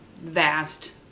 vast